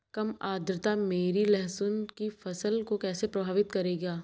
कम आर्द्रता मेरी लहसुन की फसल को कैसे प्रभावित करेगा?